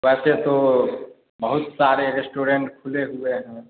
वैसे तो बहुत सारे रेस्टोरेंट खुले हुए हैं